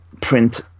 print